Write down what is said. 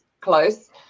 close